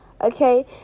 Okay